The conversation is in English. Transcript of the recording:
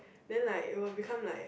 then like it will become like